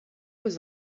was